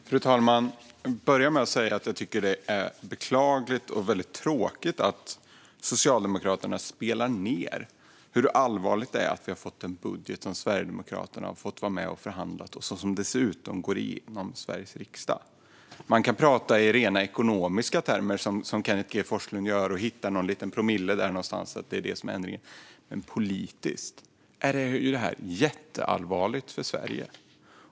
Fru talman! Låt mig börja med att säga att jag tycker att det är beklagligt och väldigt tråkigt att Socialdemokraterna tonar ned hur allvarligt det är att vi har fått en budget som Sverigedemokraterna har varit med och förhandlat och som dessutom antas av Sveriges riksdag. Man kan, som Kenneth G Forslund, tala i rena ekonomiska termer och hitta att skillnaden är någon liten promille, men politiskt är ju detta jätteallvarligt för Sverige.